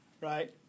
Right